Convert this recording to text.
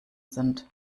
sind